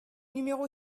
numéro